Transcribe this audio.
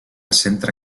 centre